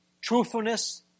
truthfulness